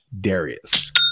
Darius